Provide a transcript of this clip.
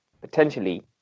potentially